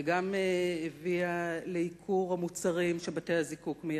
וגם הביאה לייקור המוצרים שבתי-הזיקוק מייצרים,